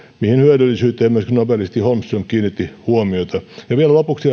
tämän hyödyllisyyteen myös nobelisti holmström kiinnitti huomiota vielä lopuksi